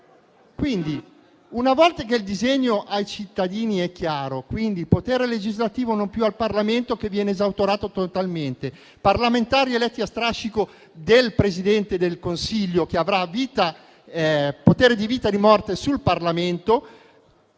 MARTON *(M5S)*. Il disegno ai cittadini è chiaro: potere legislativo non più al Parlamento, che viene esautorato totalmente; parlamentari eletti a strascico del Presidente del Consiglio, che avrà potere di vita e di morte sul Parlamento;